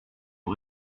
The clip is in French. nos